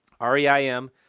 r-e-i-m